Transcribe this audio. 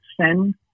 send